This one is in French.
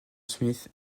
smith